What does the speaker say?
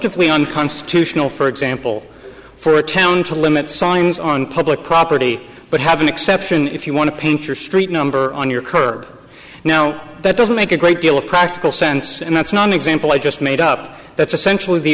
presumptively unconstitutional for example for a town to limit signs on public property but have an exception if you want to paint your street number on your curb now that doesn't make a great deal of practical sense and that's not an example i just made up that's essentially the